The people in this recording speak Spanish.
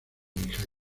nigeria